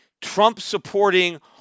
Trump-supporting